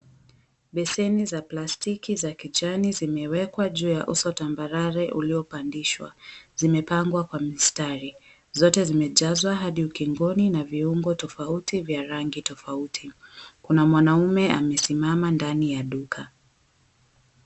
Beseni za plastiki za kijani zimewekwa juu ya uso tambarare uliopandishwa. Zimepangwa kwa mistari. Zote zimejazwa hadi ukingoni na viungo tofauti vya rangi tofauti. Kuna mwanaume amesimama ndani ya duka.